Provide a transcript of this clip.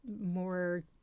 more